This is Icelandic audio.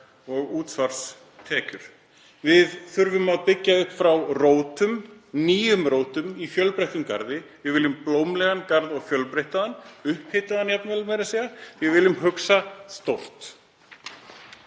og útsvarstekjur. Við þurfum að byggja upp frá rótum, nýjum rótum, í fjölbreyttum garði. Við viljum blómlegan garð og fjölbreyttan, jafnvel upphitaðan, því að við viljum hugsa stórt.